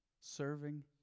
Serving